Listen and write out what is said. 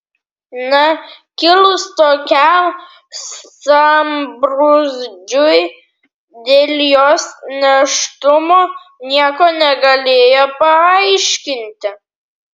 na kilus tokiam sambrūzdžiui dėl jos nėštumo nieko negalėjo paaiškinti